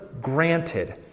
Granted